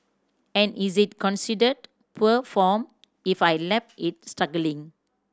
and is it considered poor form if I left it struggling